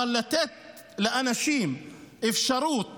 אבל לתת לאנשים אפשרות